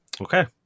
okay